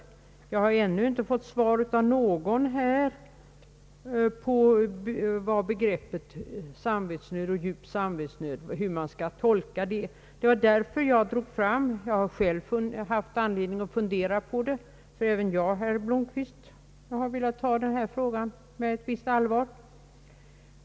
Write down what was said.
Jag har ännu inte fått svar av någon på hur begreppen samvetsnöd och djup samvetsnöd skall tolkas. Jag har själv haft anledning att fundera på detta, för även jag, herr Blomquist, har velat ta denna fråga med ett visst allvar.